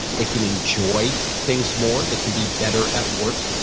they can enjoy things more. they can be better at work.